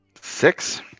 Six